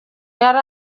yari